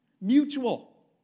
Mutual